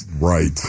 Right